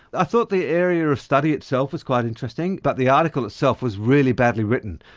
i thought the area of study itself was quite interesting, but the article itself was really badly written.